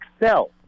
excel